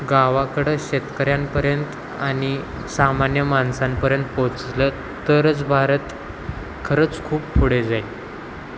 गावाकडं शेतकऱ्यांपर्यंत आणि सामान्य माणसांपर्यंत पोचलं तरच भारत खरंच खूप पुढे जाईल